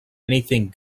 anything